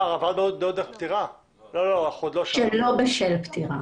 עמיר יצחקי, משרד הבריאות.